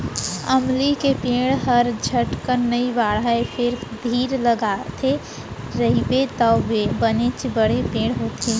अमली के पेड़ हर झटकन नइ बाढ़य फेर धीर लगाके रइबे तौ बनेच बड़े पेड़ होथे